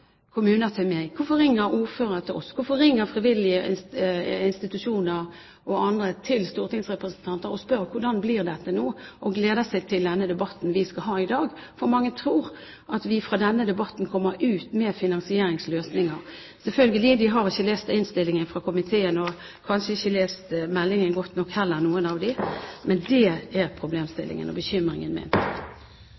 kommuner til meg? Hvorfor ringer ordførere til oss? Hvorfor ringer frivillige institusjoner og andre til stortingsrepresentanter og spør om hvordan det nå blir? De gleder seg til den debatten vi skal ha i dag, for mange tror at vi fra denne debatten kommer ut med finansieringsløsninger. De har selvfølgelig ikke lest innstillingen fra komiteen. Noen av dem har kanskje heller ikke lest meldingen godt nok. Det er problemstillingen og bekymringen min. Replikkordskiftet er